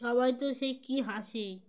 সবাই তো সে কী হাসি